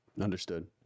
Understood